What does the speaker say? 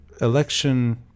election